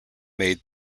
made